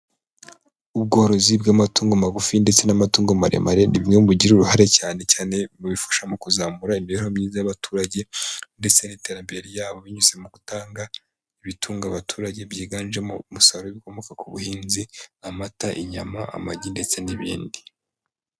Ubworozi bw'amatungo magufi ndetse n'amatungo maremare ni bimwe bigira uruhare cyane cyane mu bifasha mu kuzamura imibereho myiza y'abaturage ndetse n'iterambere ryabo, binyuze mu gutanga ibitunga abaturage byiganjemo umusaruro w'ikomoka ku buhinzi: amata, inyama, amagi ndetse n'ibindi.